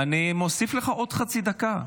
אני מוסיף לך עוד חצי דקה.